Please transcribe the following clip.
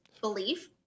belief